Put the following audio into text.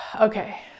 Okay